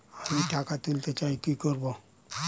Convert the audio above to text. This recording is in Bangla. আমি টাকা তুলতে চাই কি করব?